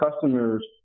customers